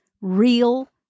real